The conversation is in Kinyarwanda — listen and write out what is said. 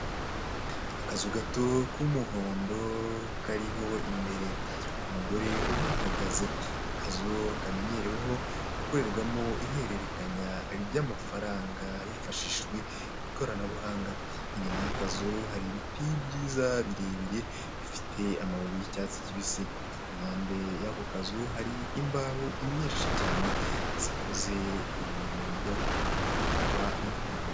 Akazu gato k'umuhondo kariho imbere umugore uhahagaze akazu kamenyereweho gukorerwamo ihererekanya ryamafaranga hifashishijwe ikoranabuhanga, inyuma y'akazu hari ibiti byiza birebire bifite amababi y'icyatsi kibisi, impande y'ako kazu hari imbaho nyinshi cyane zikoze ibintu bijya kuba intebe.